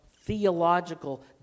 theological